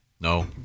No